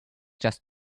just